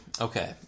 Okay